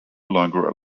longer